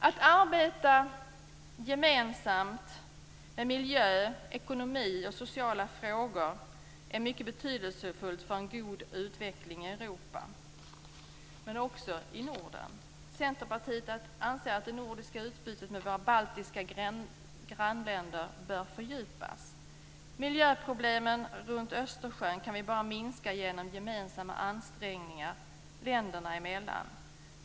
Att arbeta gemensamt med miljö, ekonomi och sociala frågor är mycket betydelsefullt för en god utveckling i Europa men också i Norden. Centerpartiet anser att det nordiska utbytet med våra baltiska grannländer bör fördjupas. Miljöproblemen runt Östersjön kan vi bara minska genom gemensamma ansträngningar länderna emellan.